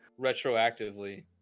retroactively